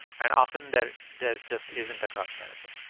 and often, there there just isn't a cost benefit.